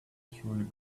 through